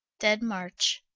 dead march.